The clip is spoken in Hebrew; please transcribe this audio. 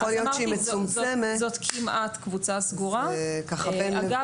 יכול להיות שהיא מצומצמת, ובין לבין --- נכון.